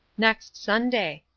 next sunday.